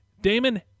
Damon